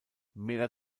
mehr